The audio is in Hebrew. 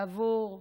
בעבור זקנים,